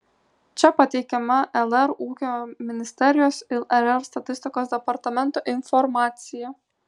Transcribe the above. čia pateikiama lr ūkio ministerijos ir lr statistikos departamento informacija